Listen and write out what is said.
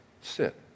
sit